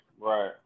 Right